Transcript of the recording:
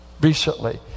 recently